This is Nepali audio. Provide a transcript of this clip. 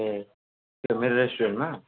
ए मेरो रेस्टुरेन्टमा